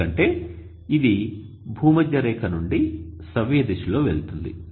ఎందుకంటే ఇది భూమధ్య రేఖ నుండి సవ్యదిశలో వెళుతుంది